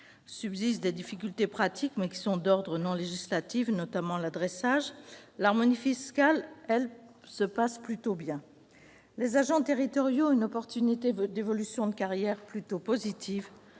Subsistent des difficultés pratiques, mais qui sont d'ordre non législatif, notamment l'adressage. L'harmonisation fiscale, elle, se passe plutôt bien. Les agents territoriaux ont des perspectives d'évolution de carrière plutôt positives.